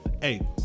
hey